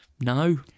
no